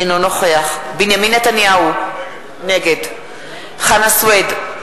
אינו נוכח בנימין נתניהו, נגד חנא סוייד,